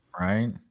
Right